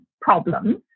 problems